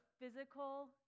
physical